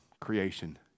creation